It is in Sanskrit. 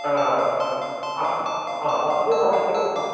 हा अस्ति चेत् आवश्यकं हा